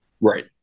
Right